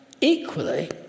Equally